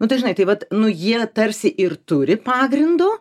nu tai žinai tai vat nu jie tarsi ir turi pagrindo